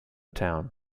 town